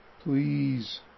please